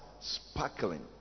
sparkling